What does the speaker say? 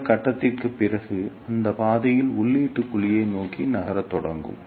இந்த கட்டத்திற்குப் பிறகு இந்த பாதையில் உள்ளீட்டு குழியை நோக்கி நகரத் தொடங்கும்